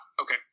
Okay